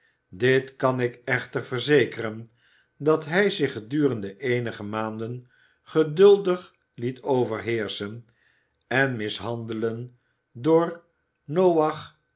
dit kan ik echter verzekeren dat hij zich gedurende eenige maanden geduldig liet overheerschen en mishandelen door noach